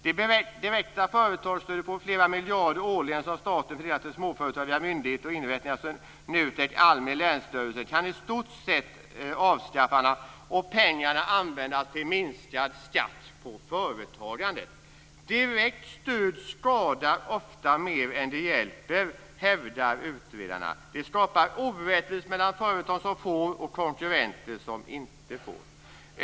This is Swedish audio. Det direkta företagsstödet på flera miljarder kronor årligen som staten fördelar till småföretagen via myndigheter och inrättningar som Nutek, Almi, länsstyrelserna och andra aktörer, kan i stort sett avskaffas och pengarna användas till minskad skatt på företagandet. - Direkt stöd skadar ofta mer än det hjälper, hävdar utredarna. Det skapar orättvisor mellan företag som får och konkurrenter som inte får.